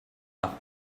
par